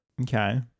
Okay